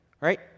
right